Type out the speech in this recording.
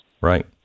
Right